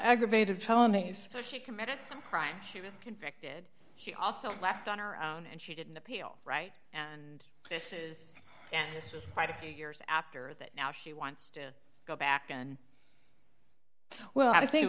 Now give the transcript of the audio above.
aggravated felonies she committed a crime she was convicted she also left on her own and she didn't appeal right and this is just quite a few years after that now she wants to go back and well i think it